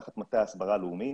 תחת מטה ההסברה הלאומי,